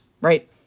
right